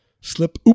slip